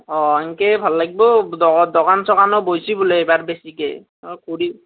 অঁ এনেকৈ ভাল লাগিব দোকান চোকানো বহিছে বোলে এইবাৰ বেছিকৈ